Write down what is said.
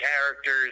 characters